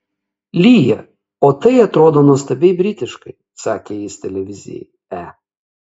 lyja o tai atrodo nuostabiai britiškai sakė jis televizijai e